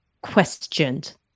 questioned